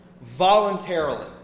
voluntarily